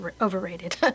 overrated